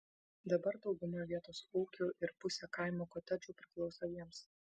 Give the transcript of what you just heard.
dabar dauguma vietos ūkių ir pusė kaimo kotedžų priklauso jiems